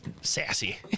sassy